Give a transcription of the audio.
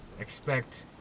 expect